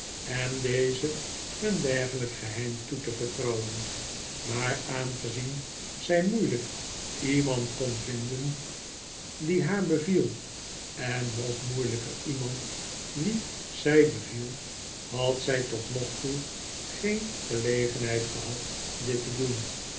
en deze een dergelijk geheim toe te vertrouwen maar aangezien zij moeilijk iemand kon vinden die haar beviel en nog moeilijker iemand wien zij beviel had zij tot nog toe geen gelegenheid gehad dit te doen